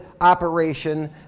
operation